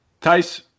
Tice